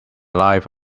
life